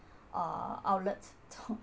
uh outlets